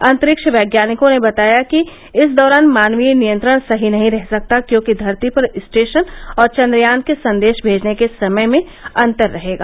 अंतरिक्ष वैज्ञानिकों ने बताया है कि इस दौरान मानवीय नियंत्रण सही नहीं रह सकता क्योंकि धरती पर स्टेशन और चंद्रयान के संदेश भेजने के समय में अंतर रहेगा